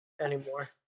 anymore